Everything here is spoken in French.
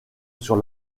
sur